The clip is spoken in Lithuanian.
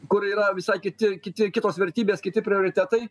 kur yra visai kiti kiti kitos vertybės kiti prioritetai